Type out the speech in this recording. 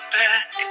back